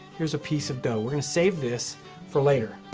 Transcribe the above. here's a piece of dough, we're going to save this for later.